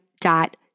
dot